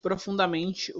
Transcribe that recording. profundamente